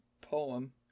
poem